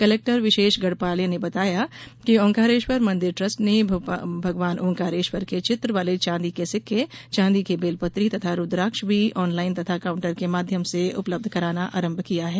collector Vishesh Gadhpale ने बताया कि ओंकारेश्वर मंदिर ट्रस्ट ने भगवान ओंकारेश्वर के चित्र वाले चाँदी के सिक्के चाँदी के बेलपत्री तथा रुद्राक्ष भी ऑनलाइन तथा काउंटर के माध्यम से उपलब्ध कराना प्रारम्भ किया है